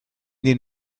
den